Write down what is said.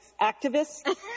activists